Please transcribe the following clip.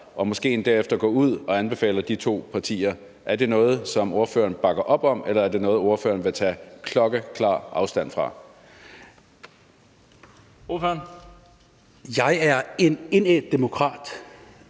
man måske endda derefter går ud og anbefaler de to partier, er det noget, som ordføreren bakker op om, eller er det noget, som ordføreren vil tage klokkeklar afstand fra? Kl. 13:22 Den fg.